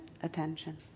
attention